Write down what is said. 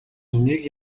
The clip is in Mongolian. нэг